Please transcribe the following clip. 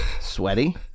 sweaty